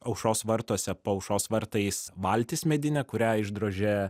aušros vartuose po aušros vartais valtis medinė kurią išdrožė